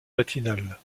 matinale